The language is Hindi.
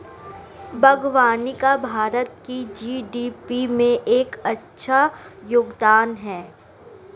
बागवानी का भारत की जी.डी.पी में एक अच्छा योगदान है